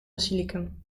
basilicum